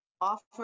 offer